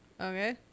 Okay